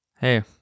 Hey